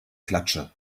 klatsche